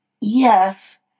yes